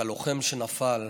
הלוחם שנפל,